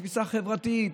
בתפיסה חברתית,